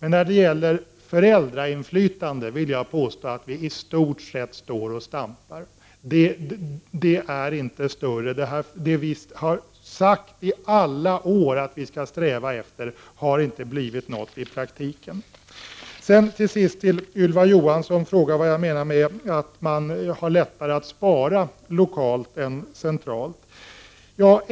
När det gäller föräldrainflytande vill jag dock påstå att vi i stort sett står och stampar. Det inflytandet är inte större. Det vi i alla år har sagt att vi skall sträva efter har i praktiken inte blivit någonting av. Ylva Johansson frågar vad jag menar med att man har lättare att spara lokalt än centralt.